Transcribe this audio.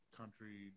country